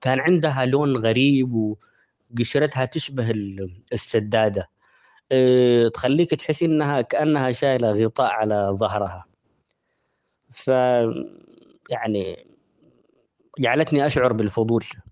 كان عندها لون غريب ،وقشرتها تشبه -ال- السدادة تخليك تحس إنها كأنها شايلة غطاء على ظهرها ف يعني جعلتني أشعر بالفضول.